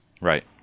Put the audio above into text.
right